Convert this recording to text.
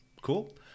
Cool